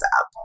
up